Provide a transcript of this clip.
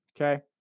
Okay